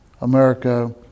America